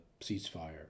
ceasefire